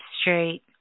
straight